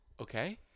Okay